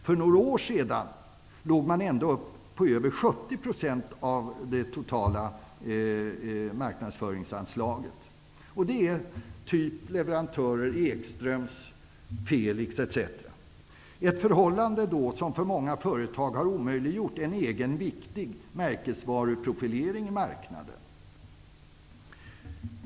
För några år sedan utgjorde dessa aktiviteter över 70 % av det totala marknadsföringsanslaget. Det gäller leverantörer som Ekströms, Felix, etc, ett förhållande som för många företag har omöjliggjort en egen och viktig märkesvaruprofilering på marknaden.